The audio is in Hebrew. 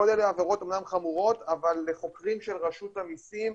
כל אלה עבירות אמנם חמורות אבל חוקרים של רשות המסים,